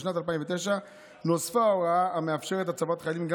בשנת 2009 נוספה הוראה המאפשרת הצבת חיילים גם